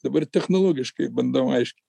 dabar technologiškai bandau aiškinti